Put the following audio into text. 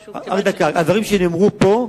הדברים שלי נאמרו פה,